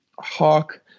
hawk